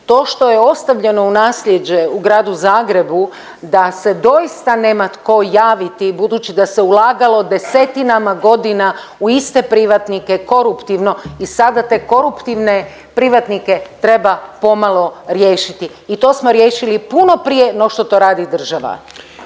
To što je ostavljeno u nasljeđe u Gradu Zagrebu da se doista nema tko javiti budući da se ulagalo desetinama godina u iste privatnike koruptivne i sada te koruptivne privatnike treba pomalo riješiti i to smo riješili puno prije no što to radi država.